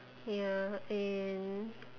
ya and